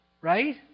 right